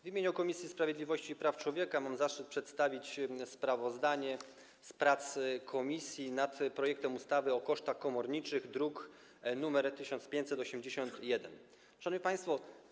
W imieniu Komisji Sprawiedliwości i Praw Człowieka mam zaszczyt przedstawić sprawozdanie z prac komisji nad projektem ustawy o kosztach komorniczych, druk nr 1581. Szanowni Państwo!